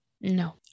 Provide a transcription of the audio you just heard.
no